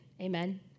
Amen